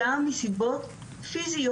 גם מסיבות פיזיות.